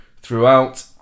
throughout